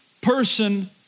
person